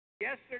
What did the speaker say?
Yesterday